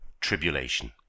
Tribulation